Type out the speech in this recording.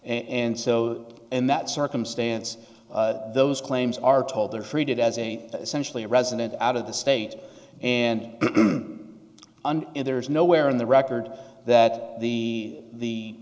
and so in that circumstance those claims are told they are treated as a centrally a resident out of the state and and there is nowhere in the record that the